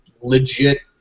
legit